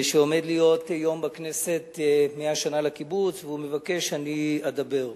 עומד להיות בכנסת יום 100 שנה לקיבוץ והוא מבקש שאני אדבר.